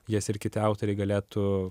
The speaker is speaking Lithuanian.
jas ir kiti autoriai galėtų